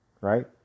Right